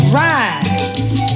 rise